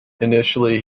initially